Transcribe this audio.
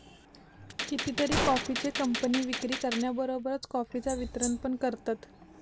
कितीतरी कॉफीचे कंपने विक्री करण्याबरोबरच कॉफीचा वितरण पण करतत